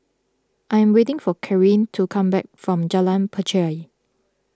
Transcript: I am waiting for Caryl to come back from Jalan Pacheli